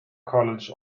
college